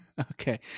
Okay